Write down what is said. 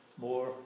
more